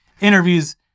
interviews